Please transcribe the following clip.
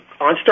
OnStar